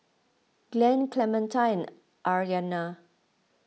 Glen Clementine and Aryana